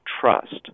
trust